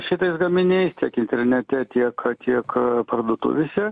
šitais gaminiais tiek internete tiek tiek parduotuvėse